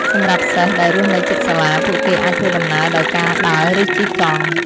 សម្រាប់សិស្សដែលរស់នៅជិតសាលា ពួកគេអាចធ្វើដំណើរដោយការដើរឬជិះកង់។